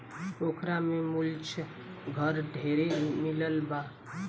पोखरा में मुलच घर ढेरे मिलल बा